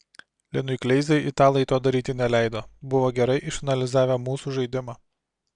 linui kleizai italai to daryti neleido buvo gerai išanalizavę mūsų žaidimą